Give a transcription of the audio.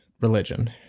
religion